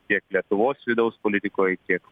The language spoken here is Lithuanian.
tiek lietuvos vidaus politikoj tiek